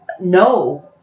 no